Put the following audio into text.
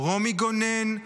רומי גונן,